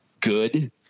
good